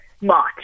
March